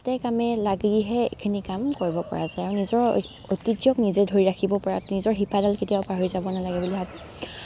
হাতে কামে লাগিহে এইখিনি কাম কৰিব পৰা যায় আৰু নিজৰ ঐতিহ্যক নিজে ধৰি ৰাখিব পৰা নিজৰ শিপাডাল কেতিয়াও পাহৰি যাব নালাগে বুলি ভাবোঁ